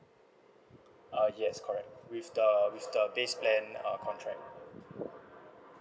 uh yes correct with the with the base plan uh contract